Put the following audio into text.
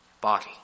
body